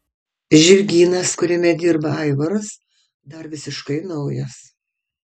žirgynas kuriame dirba aivaras dar visiškai naujas